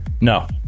No